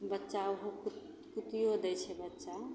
बच्चा ओहो कुतिओ दै छै बच्चा